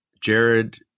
Jared